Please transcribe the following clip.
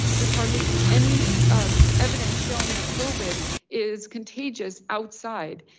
there's hardly been any evidence showing the covid is contagious outside.